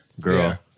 Girl